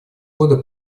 года